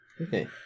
Okay